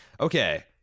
okay